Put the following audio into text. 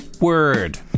word